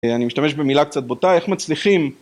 אני משתמש במילה קצת בוטה, איך מצליחים...